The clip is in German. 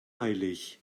eilig